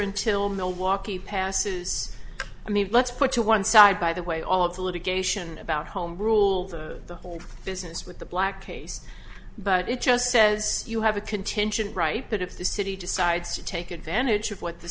until milwaukee passes i mean let's put to one side by the way all of the litigation about home rule the whole business with the black case but it just says you have a contingent right that if the city decides to take advantage of what the